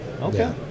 Okay